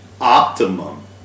optimum